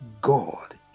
God